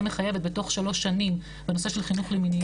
מחייבת בתוך שלוש שנים בנושא של חינוך למיניות,